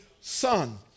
son